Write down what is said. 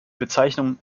bezeichnung